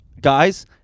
guys